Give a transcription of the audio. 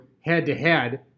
head-to-head